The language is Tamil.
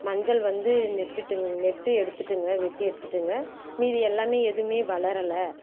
மஞ்சள் வந்து நெட்டுட்டு நெட்டு எடுத்துவிட்டுங்க வெட்டி எடுத்துவிட்டேங்க மீதி எல்லாமே எதுவுமே வளரலை